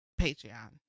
Patreon